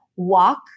walk